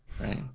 right